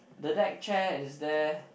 the deck chair is there